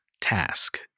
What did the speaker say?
task